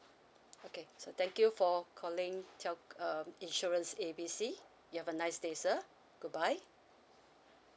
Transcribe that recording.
okay so thank you for calling tel~ uh insurance A B C you have a nice day sir good bye